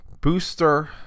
Booster